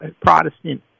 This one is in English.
Protestant